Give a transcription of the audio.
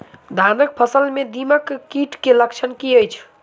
धानक फसल मे दीमक कीट केँ लक्षण की अछि?